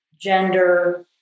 gender